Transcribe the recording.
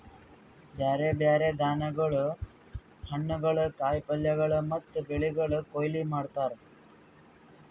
ಬ್ಯಾರೆ ಬ್ಯಾರೆ ಧಾನ್ಯಗೊಳ್, ಹಣ್ಣುಗೊಳ್, ಕಾಯಿ ಪಲ್ಯಗೊಳ್ ಮತ್ತ ಬೆಳಿಗೊಳ್ದು ಕೊಯ್ಲಿ ಮಾಡ್ತಾರ್